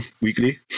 weekly